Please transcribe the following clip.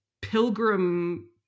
pilgrim